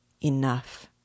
Enough